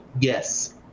Yes